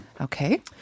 okay